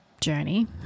journey